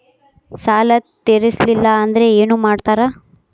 ಸಾಲ ತೇರಿಸಲಿಲ್ಲ ಅಂದ್ರೆ ಏನು ಮಾಡ್ತಾರಾ?